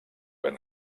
ben